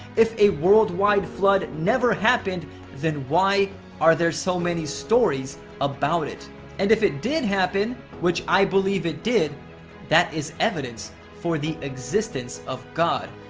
if a worldwide flood never happened then why are there so many stories about it and if it did happen which i believe it did that is evidence for the existence of god,